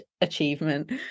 achievement